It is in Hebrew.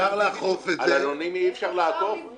יכול להיות